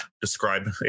describe